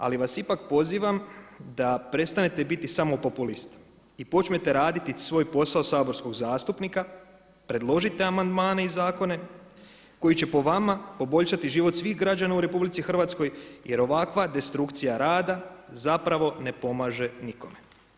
Ali vas ipak pozivam da prestanete biti samo populisti i počnete raditi svoj posao saborskog zastupnika, predložite amandmane i zakone koji će po vama poboljšati život svih građana u Republici Hrvatskoj jer ovakva destrukcija rada zapravo ne pomaže nikome.